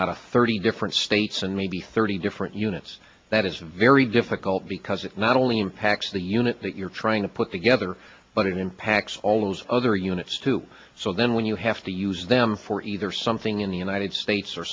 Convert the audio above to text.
out of thirty different states and maybe thirty different units that is very difficult because it not only impacts the unit that you're trying to put together but it impacts all those other units too so then when you have to use them for either something in the united states or